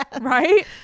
Right